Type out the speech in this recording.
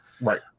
Right